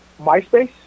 MySpace